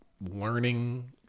learning